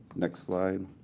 next slide.